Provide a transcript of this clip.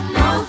no